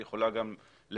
היא יכולה גם לגוון,